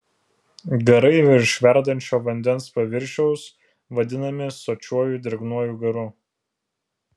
garai virš verdančio vandens paviršiaus vadinami sočiuoju drėgnuoju garu